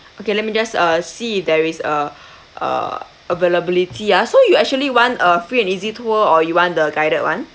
okay let me just uh see if there is uh uh availability ah so you actually want a free and easy tour or you want the guided one